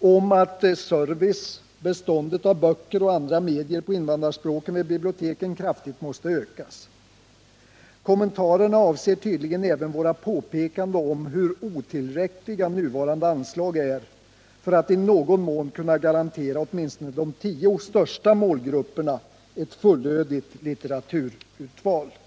om att servicen samt beståndet av böcker och andra medier på invandrarspråken vid biblioteken kraftigt måste ökas. Kommentarerna avser tydligen även våra påpekanden om hur otillräckliga nuvarande anslag är för att i någon mån kunna garantera åtminstone de tio största målgrupperna ett fullödigt litteratururval.